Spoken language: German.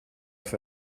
für